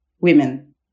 women